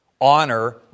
honor